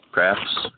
Crafts